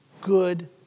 good